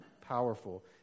Powerful